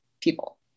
people